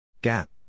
Gap